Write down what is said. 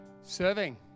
serving